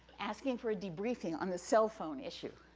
asking for a debriefing on the cell phone issue.